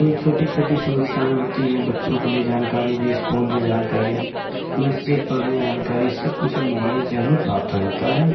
कोई छोटी छोटी समस्याएं होती हैं बच्चों के लिए जानकारी भी इस्कूल में जानकारी मेसेज पर हमें जानकारी सब कुछ अब मोबाइल से हमें प्राप्त हो जाता है